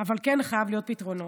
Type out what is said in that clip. אבל כן חייבים להיות פתרונות.